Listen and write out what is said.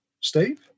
Steve